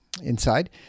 inside